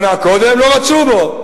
שנה קודם לא רצו בו.